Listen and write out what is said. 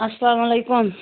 السلام علیکُم